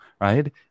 right